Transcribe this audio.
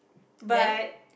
but